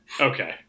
Okay